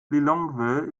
lilongwe